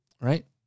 Right